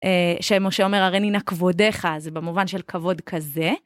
שמשה אומר, הרי נינה כבודיך, אז זה במובן של כבוד כזה.